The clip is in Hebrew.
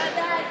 כל הכבוד,